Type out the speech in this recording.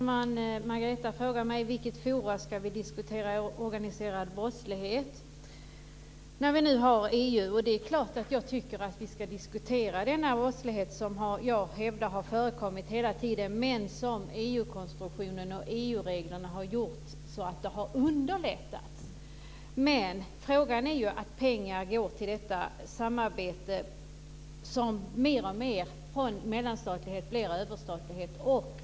Fru talman! Margareta Sandgren frågade mig i vilket forum vi ska diskutera organiserad brottslighet när vi nu har EU. Det är klart att jag tycker att vi ska diskutera denna brottslighet som jag hävdar har förekommit hela tiden, men som EU-konstruktionen och EU-reglerna har underlättat för. Pengar går ju till detta samarbete som mer och mer går från att vara mellanstatligt till att vara överstatligt.